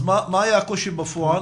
אז מה היה הקושי בפועל?